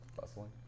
Bustling